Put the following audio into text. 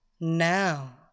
Now